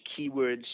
keywords